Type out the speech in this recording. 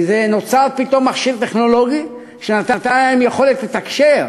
כי נוצר פתאום מכשיר טכנולוגי שנתן להם יכולת לתקשר,